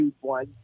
one